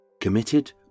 committed